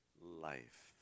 life